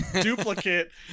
duplicate